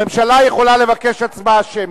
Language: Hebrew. הממשלה יכולה לבקש הצבעה שמית,